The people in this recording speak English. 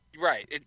right